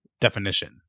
definition